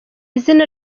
izina